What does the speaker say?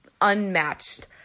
unmatched